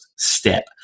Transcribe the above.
step